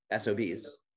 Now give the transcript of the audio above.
SOB's